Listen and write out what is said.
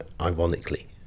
ironically